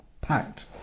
packed